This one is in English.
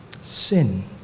Sin